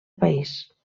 país